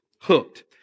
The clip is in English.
Hooked